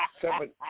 seven